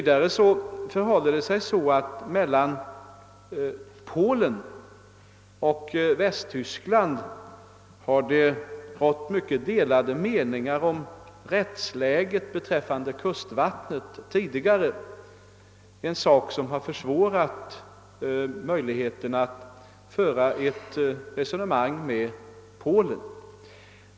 Det har dessutom mellan Polen och Västtyskland tidigare rått mycket delade meningar om rättsläget beträffande kustvattnen, något som försvårat möjligheterna att föra ett resonemang med Polen.